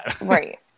Right